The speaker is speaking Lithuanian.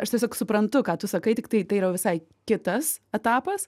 aš tiesiog suprantu ką tu sakai tiktai tai yra jau visai kitas etapas